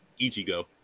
Ichigo